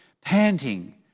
panting